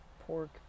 pork